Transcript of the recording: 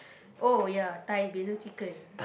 oh ya Thai Basil Chicken